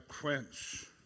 quench